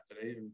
today